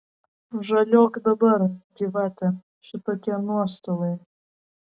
žaliuok dabar gyvate šitokie nuostoliai